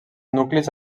nuclis